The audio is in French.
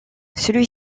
celui